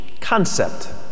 concept